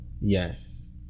yes